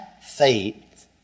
faith